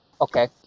Okay